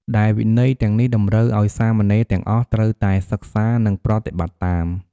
ដែលវិន័យទាំងនេះតម្រូវឲ្យសាមណេរទាំងអស់ ត្រូវតែសិក្សា និងប្រតិបត្តិតាម។